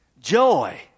Joy